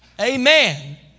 Amen